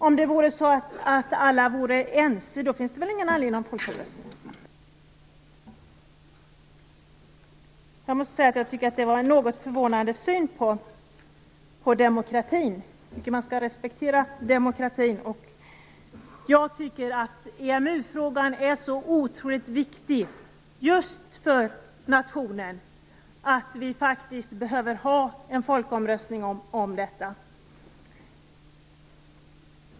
Om alla vore ense fanns det ingen anledning att ha en folkomröstning. Jag måste säga att jag tycker att det var en något förvånande syn på demokratin. Jag tycker att man skall respektera demokratin, och jag tycker att EMU frågan är så otroligt viktig för nationen att vi faktiskt behöver ha en folkomröstning om detta.